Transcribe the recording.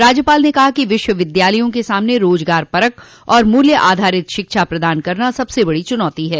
राज्यपाल ने कहा कि विश्वविद्यालयों के सामने रोजगार परक और मूल्य आधारित शिक्षा सबसे बड़ी चूनौती है